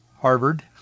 Harvard